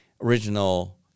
original